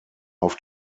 auf